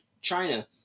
China